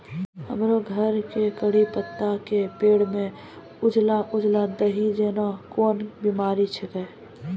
हमरो घर के कढ़ी पत्ता के पेड़ म उजला उजला दही जेना कोन बिमारी छेकै?